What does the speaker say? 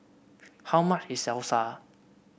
how much is Salsa